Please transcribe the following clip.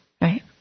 right